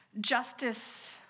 justice